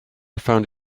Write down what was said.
found